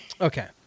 Okay